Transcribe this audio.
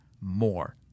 more